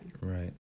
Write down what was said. Right